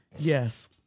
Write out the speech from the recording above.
Yes